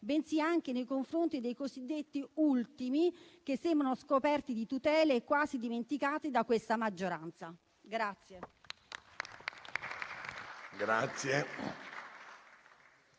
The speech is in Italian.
ma anche nei confronti dei cosiddetti ultimi, che sembrano scoperti di tutele e quasi dimenticati da questa maggioranza.